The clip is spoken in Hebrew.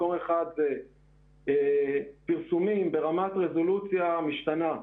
מקום אחד זה פרסומים ברמת רזולוציה משתנה,